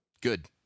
Good